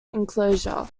enclosure